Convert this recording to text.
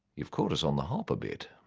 you've caught us on the hop a bit!